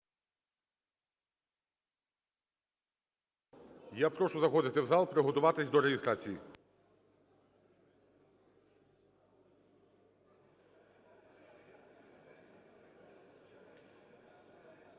Я прошу заходити в зал, приготуватись до реєстрації. Прошу